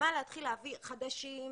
למה להתחיל להביא חדשים,